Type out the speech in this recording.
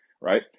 right